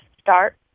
start